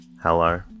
Hello